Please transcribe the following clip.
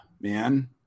man